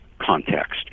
context